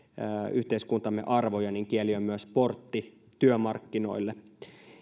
yhteiskuntamme arvoja kieli on myös portti työmarkkinoille